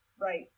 right